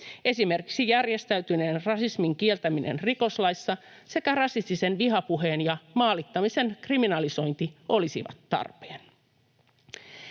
Esimerkiksi järjestäytyneen rasismin kieltäminen rikoslaissa sekä rasistisen vihapuheen ja maalittamisen kriminalisointi olisivat tarpeen.